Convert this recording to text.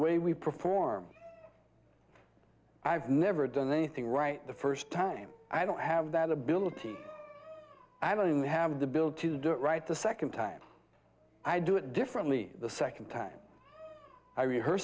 way we perform i've never done anything right the first time i don't have that ability i don't even have the bill to do it right the second time i do it differently the second time i re